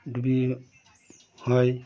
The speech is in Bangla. ডুবি হয়